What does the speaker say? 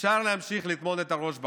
אפשר להמשיך לטמון את הראש בחול,